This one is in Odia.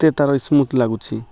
ଏତେ ତାର ସ୍ମୁଥ୍ ଲାଗୁଛି